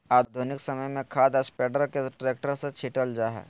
आधुनिक समय में खाद स्प्रेडर के ट्रैक्टर से छिटल जा हई